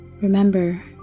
Remember